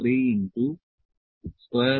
C